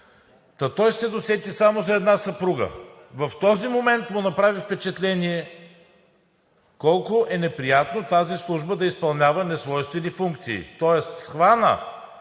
той се досети само за една съпруга?! В този момент му направи впечатление колко е неприятно тази служба да изпълнява несвойствени функции. Тоест схвана,